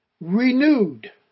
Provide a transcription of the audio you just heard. Renewed